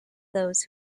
those